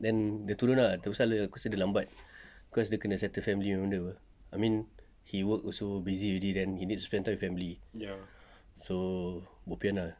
then dia turun ah tu pasal aku rasa dia lambat cause dia kena settle family benda punya [pe] I mean he work also busy already then he needs to spend time with family so bo pian ah